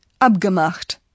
Abgemacht